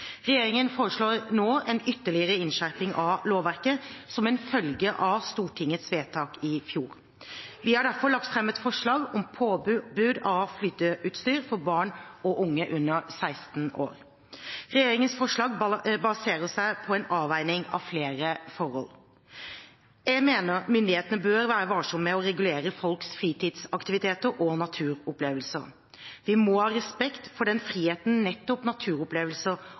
Regjeringen foreslår nå en ytterligere innskjerping av lovverket, som en følge av Stortingets vedtak i fjor. Vi har derfor lagt frem et forslag om påbud av flyteutstyr for barn og unge under 16 år. Regjeringens forslag baserer seg på en avveining av flere forhold. Jeg mener myndighetene bør være varsom med å regulere folks fritidsaktiviteter og naturopplevelser. Vi må ha respekt for den friheten nettopp naturopplevelser